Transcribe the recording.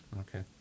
Okay